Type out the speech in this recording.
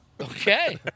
Okay